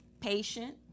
patient